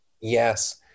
Yes